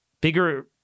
bigger